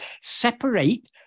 separate